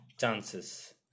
chances